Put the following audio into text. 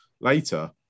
later